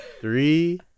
three